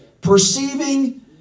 perceiving